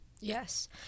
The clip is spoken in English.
Yes